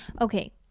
okay